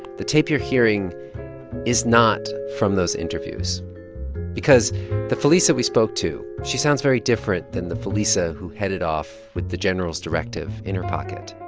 the tape you're hearing is not from those interviews because the felisa we spoke to, she sounds very different than the felisa who headed off with the general's directive in her pocket.